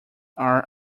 are